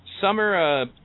Summer